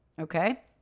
okay